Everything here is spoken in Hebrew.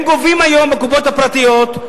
הם גובים היום בקופות הפרטיות,